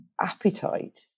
appetite